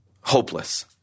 hopeless